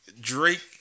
Drake